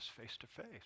face-to-face